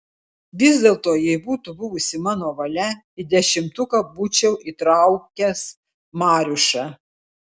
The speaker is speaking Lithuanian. vis dėlto jei būtų buvusi mano valia į dešimtuką būčiau įtraukęs mariušą